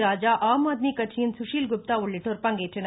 ராஜா ஆம் ஆத்மி கட்சியின் சுஷில் குப்தா உள்ளிட்டோர் பங்கேற்றனர்